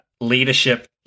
Leadership